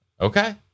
Okay